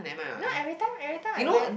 you know every time every time I wear